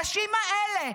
האנשים האלה,